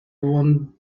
won